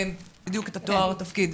אני כאן.